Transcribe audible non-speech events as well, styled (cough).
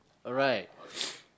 alright (noise)